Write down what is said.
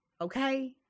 Okay